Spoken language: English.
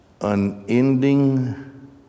unending